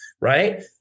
Right